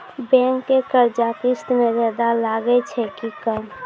Bank के कर्जा किस्त मे ज्यादा लागै छै कि कम?